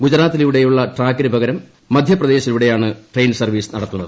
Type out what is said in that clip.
ഗുജറാത്തിലൂടെയുള്ള ട്രാക്കിനു പകരം മധ്യപ്രദേശിലൂടെയാണ് ട്രെയിൻറ്സ്ട്ർവ്വീസ് നടത്തുന്നത്